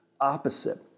opposite